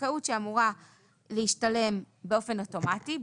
זכאות שאמורה להשתלם באופן אוטומטי,